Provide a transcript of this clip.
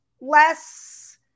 less